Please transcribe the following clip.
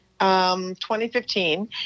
2015